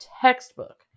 textbook